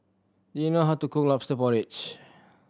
do you know how to cook Lobster Porridge